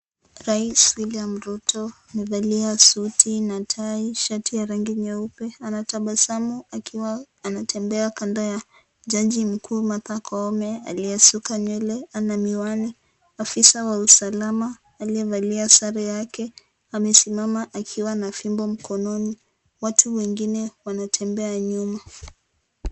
Rais William Ruto amevalia suti na tai, shati ya rangi nyeupe. Anatabasamu akiwa anatembea kando ya Jaji Mkuu Martha Koome aliyesuka nywele, ana miwani. Afisa wa usalama aliye na sare yake amesimama akiwa na fimbo mkononi. Watu wengine wanatembea nyuma.